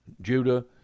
Judah